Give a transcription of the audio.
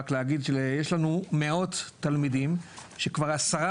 רק להגיד שיש לנו מאות תלמידים שכבר עשרה